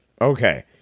Okay